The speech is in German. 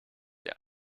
der